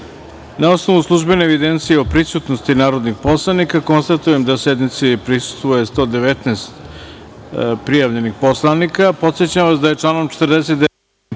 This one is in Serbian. osnovu službene evidencije o prisutnosti narodnih poslanika, konstatujem da sednici prisustvuje 119 narodnih poslanika. Podsećam vas da je članom 49.